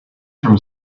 from